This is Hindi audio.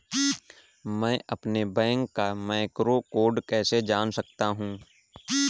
मैं अपने बैंक का मैक्रो कोड कैसे जान सकता हूँ?